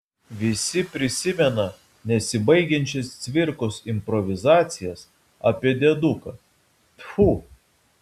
visi prisimena nesibaigiančias cvirkos improvizacijas apie dėduką tfu